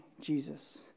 Jesus